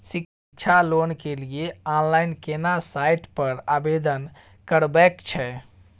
शिक्षा लोन के लिए ऑनलाइन केना साइट पर आवेदन करबैक छै?